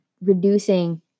reducing